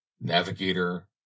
navigator